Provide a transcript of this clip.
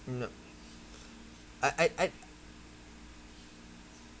no I I I